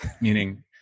meaning